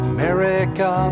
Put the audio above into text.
America